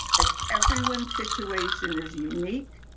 as everyone's situation is unique,